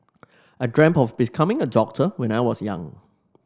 I dreamt of becoming a doctor when I was young